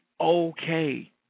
okay